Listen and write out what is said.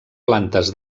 plantes